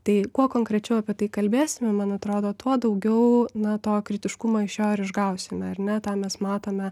tai kuo konkrečiau apie tai kalbėsim man atrodo tuo daugiau na to kritiškumą iš jo ir išgausime ar ne tą mes matome